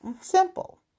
Simple